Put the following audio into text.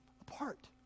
apart